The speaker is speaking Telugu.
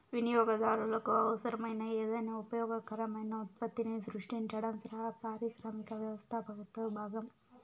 వినియోగదారులకు అవసరమైన ఏదైనా ఉపయోగకరమైన ఉత్పత్తిని సృష్టించడం పారిశ్రామిక వ్యవస్థాపకతలో భాగం